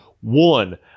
one